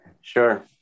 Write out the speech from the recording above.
Sure